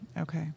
Okay